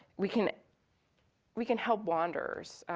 we can we can help wanderers.